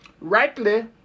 rightly